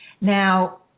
Now